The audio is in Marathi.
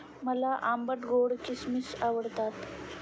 मला आंबट गोड किसमिस आवडतात